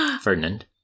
Ferdinand